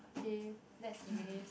okay let's erase